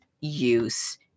use